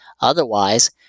Otherwise